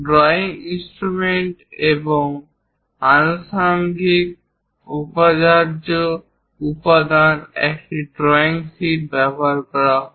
drawing instrument এবং আনুষাঙ্গিক অপরিহার্য উপাদান একটি ড্রয়িং শীট ব্যবহার করা হয়